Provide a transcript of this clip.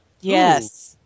Yes